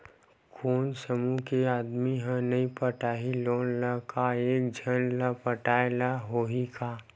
कोन समूह के आदमी हा नई पटाही लोन ला का एक झन ला पटाय ला होही का?